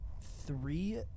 three